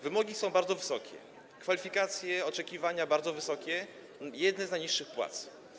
Wymogi są bardzo wysokie, kwalifikacje, oczekiwania bardzo wysokie, a jedne z najniższych płac.